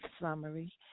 summary